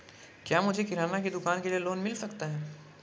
क्या मुझे किराना की दुकान के लिए लोंन मिल सकता है?